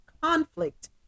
conflict